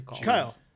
Kyle